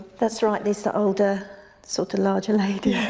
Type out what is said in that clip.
that's right. that's the older sort of larger lady.